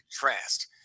contrast